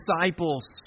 disciples